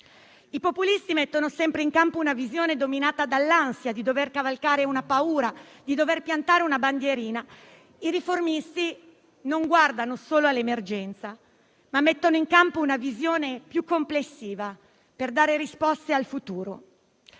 I populisti mettono sempre in campo una visione dominata dall'ansia di dover cavalcare una paura, di dover piantare una bandierina; i riformisti non guardano solo all'emergenza, ma mettono in campo una visione più complessiva per dare risposte al futuro.